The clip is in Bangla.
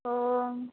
ও